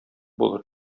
булыр